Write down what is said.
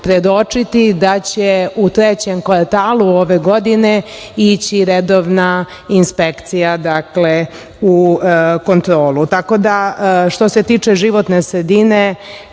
predočiti da će u trećem kvartalu ove godine ići redovna inspekcija u kontrolu. Što se tiče životne sredine,